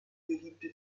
beliebte